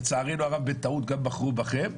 לצערנו הרב בטעות גם בחרו בכם,